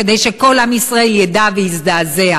כדי שכל עם ישראל ידע ויזדעזע.